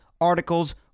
articles